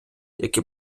які